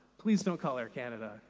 please don't call air canada.